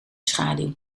schaduw